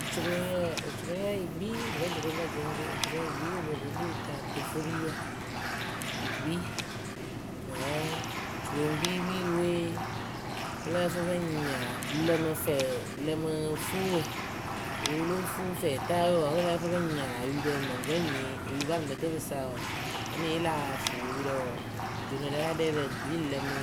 Ocuroŋyǝ ocuroŋyǝ yɨ kpii ŋkǝ juroŋrǝ jeŋceŋceŋ ocuroŋyǝ yɨ kpii wɨ loh ko kpeeta tufuriwǝ. wɨ kpii wǝ́ juroŋpiipiirǝ we pɨ lǝ́ǝ fɨ pɨ ŋ nyaa lǝmɨ fɛɛ lǝmɨ fuuwǝ wɨ wɨ lóo fuu fɛɛtawe wɨ pɨ lǝ́ǝ fɨ pɨŋ nyaa yurǝ mɨŋkǝ nyii oyuparɨlǝtǝpǝ sa wǝǝ vǝ́ nɨŋ ye lah fʊʊ yurǝ juroŋrǝ la ɖɛrǝ gbii lǝmɨ